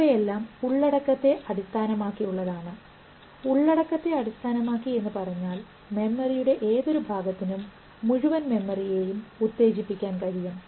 അവയെല്ലാം ഉള്ളടക്കത്തെ അടിസ്ഥാനമാക്കിയുള്ളതാണ് ഉള്ളടക്കത്തെ അടിസ്ഥാനമാക്കി എന്നുപറഞ്ഞാൽ മെമ്മറിയുടെ ഏതൊരു ഭാഗത്തിനും മുഴുവൻ മെമ്മറിയും ഉത്തേജിപ്പിക്കാൻ കഴിയും